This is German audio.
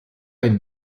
ein